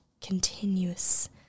continuous